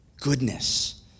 goodness